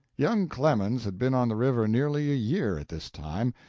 young clemens had been on the river nearly a year at this time,